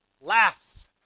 laughs